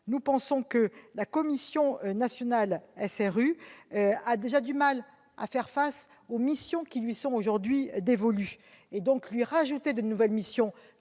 902 rectifié , la commission nationale SRU a déjà du mal à faire face aux missions qui lui sont aujourd'hui dévolues ; lui en confier de nouvelles missions,